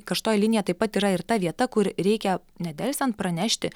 karštoji linija taip pat yra ir ta vieta kur reikia nedelsiant pranešti